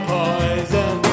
poison